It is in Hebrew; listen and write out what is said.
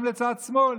גם לצד שמאל,